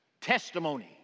testimony